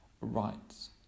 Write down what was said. rights